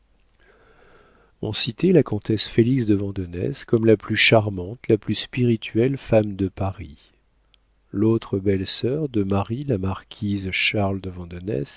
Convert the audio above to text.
on citait la comtesse félix de vandenesse comme la plus charmante la plus spirituelle femme de paris l'autre belle-sœur de marie la marquise charles de